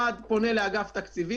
שהמשרד פונה לאגף התקציבים.